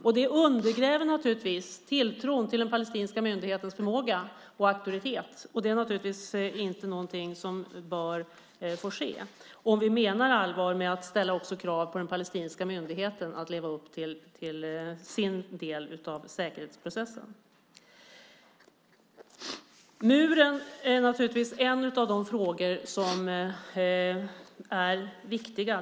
Sådant undergräver naturligtvis tilltron till den palestinska myndighetens förmåga och auktoritet, och det är inget som bör få ske om vi menar allvar med att ställa krav på att den palestinska myndigheten lever upp till sin del av säkerhetsprocessen. Muren är en av de frågor som är viktiga.